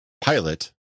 pilot